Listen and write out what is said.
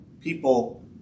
people